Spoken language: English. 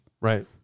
Right